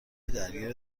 درگیر